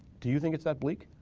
do you think it's that bleak?